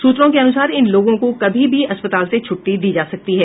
सूत्रों के अनुसार इन लोगों को कभी भी अस्पताल से छुट्टी दी जा सकती है